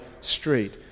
street